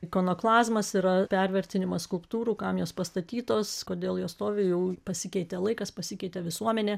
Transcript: ikonoklazmas yra pervertinimas skulptūrų kam jos pastatytos kodėl jos stovi jau pasikeitė laikas pasikeitė visuomenė